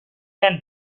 can